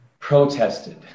protested